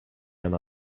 ona